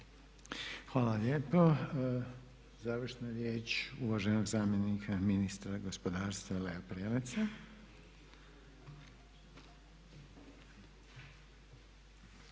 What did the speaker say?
Hvala lijepo. Završnu riječ uvaženog zamjenika ministra gospodarstva Lea Preleca.